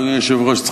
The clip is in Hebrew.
אדוני היושב-ראש,